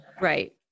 Right